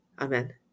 Amen